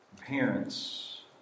parents